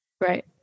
right